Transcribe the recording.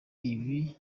ibi